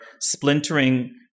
splintering